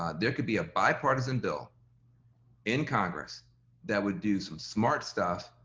um there could be a bipartisan bill in congress that would do some smart stuff,